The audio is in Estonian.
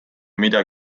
mida